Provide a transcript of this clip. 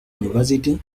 university